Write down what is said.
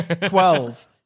twelve